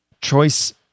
choice